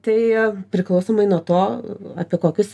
tai priklausomai nuo to apie kokius